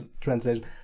Translation